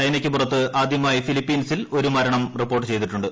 ചൈനയ്ക്ക് പുറത്ത് ആദ്യമായി ഫിലിപ്പീൻസിൽ ഒരു മരണം റിപ്പോർട്ട് ചെയ്തിട്ടുണ്ട്